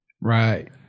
Right